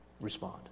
respond